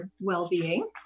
well-being